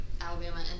Alabama